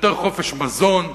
ויותר חופש מזון,